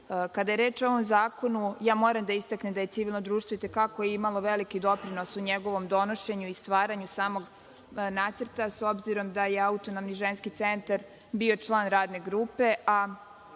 je reč o ovom zakonu, moram da istaknem da je civilno društvo i te kako imalo veliki doprinos u njegovom donošenju i stvaranju samog nacrta, s obzirom da je Autonomni ženski centar bio član radne grupe,